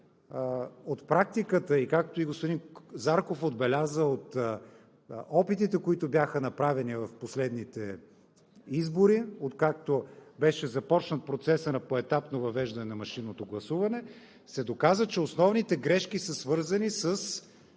от практиката, както и господин Зарков отбеляза – от опитите, които бяха направени в последните избори, откакто беше започнат процесът на поетапно въвеждане на машинното гласуване, се доказа, че основните грешки са свързани с